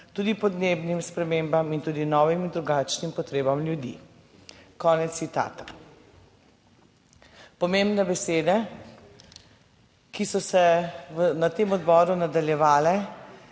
tudi podnebnim spremembam in tudi novim, drugačnim potrebam ljudi.« Konec citata. Pomembne besede, ki so se na tem odboru nadaljevale